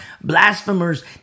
blasphemers